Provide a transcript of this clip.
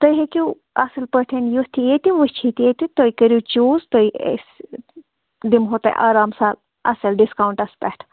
تُہۍ ہیٚکِو اَصٕل پٲٹھۍ یُتھ ییٚتہِ وُچھِتھ ییٚتہِ تُہۍ کٔرِو چوٗز تُہۍ أسۍ دِمہو تۄہہِ آرام سان اَصٕل ڈِسکاوُنٛٹَس پٮ۪ٹھ